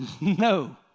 no